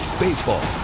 Baseball